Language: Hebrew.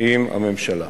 תודה.